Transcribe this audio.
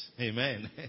Amen